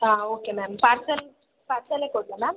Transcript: ಹಾಂ okay ma'am parcel ಪಾರ್ಸೆಲ್ಲೇ ಕೊಡಲಾ ಮ್ಯಾಮ್